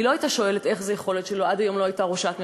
היא לא הייתה שואלת איך זה יכול להיות שעד היום לא הייתה ראשת ממשלה,